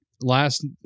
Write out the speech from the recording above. last